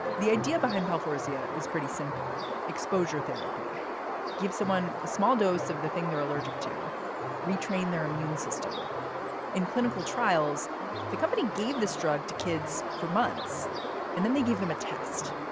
the idea behind pell fawzia is pretty simple exposure therapy give someone a small dose of the thing they're allergic to retrain their immune system in clinical trials the company gave this drug to kids for months and then they them a test.